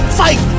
fight